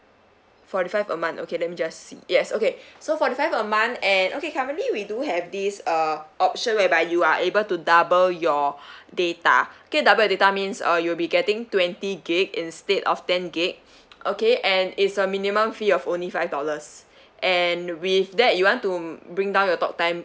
forty five a month okay let me just see yes okay so forty five a month and okay currently we do have this uh option whereby you are able to double your data okay double your data means uh you'll be getting twenty gig instead of ten gig okay and it's a minimum fee of only five dollars and with that you want to bring down your talk time